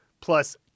plus